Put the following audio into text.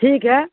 ٹھیک ہے